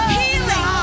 healing